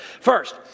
First